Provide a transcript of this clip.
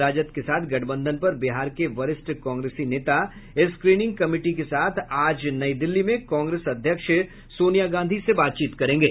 राजद के साथ गठबंधन पर बिहार के वरिष्ठ कांग्रेसी नेता स्क्रीनिंग कमिटी के साथ आज नई दिल्ली में कांग्रेस अध्यक्ष सोनिया गांधी से बातचीत करेंगे